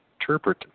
interpret